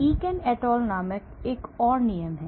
Egan et al नामक एक और नियम है